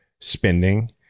spending